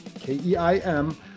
K-E-I-M